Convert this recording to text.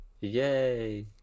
Yay